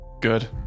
Good